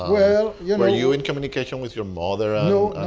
were you know you in communication with your mother and